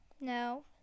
No